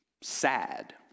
Sad